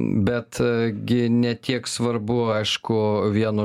bet gi ne tiek svarbu aišku vieno